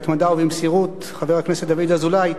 חבר הכנסת דוד אזולאי,